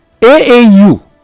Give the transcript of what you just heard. AAU